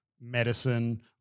medicine